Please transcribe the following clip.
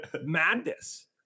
madness